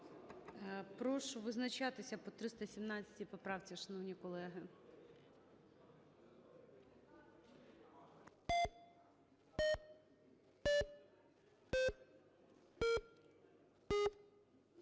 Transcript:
Прошу визначатися по 317 поправці, шановні колеги.